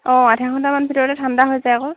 অঁ আধা ঘণ্টামান ভিতৰতে ঠাণ্ডা হৈ যায় আকৌ